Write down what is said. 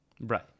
Right